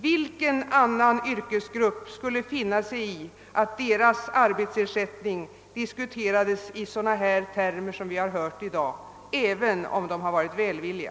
Vilken annan yrkesgrupp skulle finna sig i att dess arbetsersättning diskuterades i sådana termer som vi hört i dag, även om de varit välvilliga?